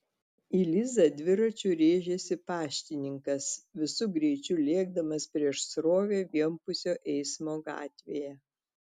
į lizą dviračiu rėžėsi paštininkas visu greičiu lėkdamas prieš srovę vienpusio eismo gatvėje